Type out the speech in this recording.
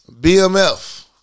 BMF